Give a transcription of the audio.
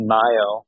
Mayo